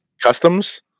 customs